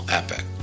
epic